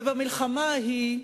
ובמלחמה ההיא,